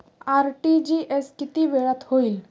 RTGS किती वेळात होईल?